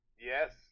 Yes